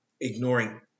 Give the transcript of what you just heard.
ignoring